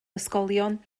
ysgolion